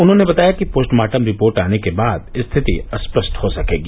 उन्होंने बताया कि पोस्टमार्टम रिपोर्ट आने के बाद स्थिति स्पष्ट हो सकेगी